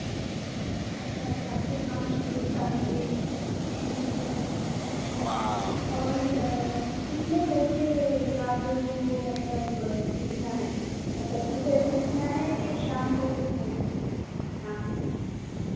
अच्छा अच्छा आपके पाँच दोस्त आएंगे ठीक है अच्छा और कितने बजे आप लोगों को मतलब सीखना है मतलब सुबह सीखना है कि शाम को सीखना है हाँ